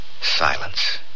silence